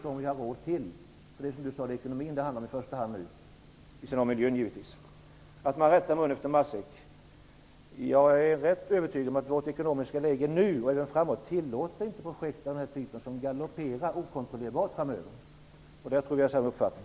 Det är ekonomin som det i första hand handlar om, vid sidan om miljön givetvis. Man får rätta munnen efter matsäcken. Jag är rätt övertygad om att vårt ekonomiska läge nu och en tid framåt inte tillåter projekt av den här typen där kostnaderna galopperar okontrollerat. Där tror jag att vi har samma uppfattning.